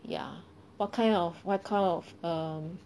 ya what kind of what kind of um